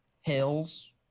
hills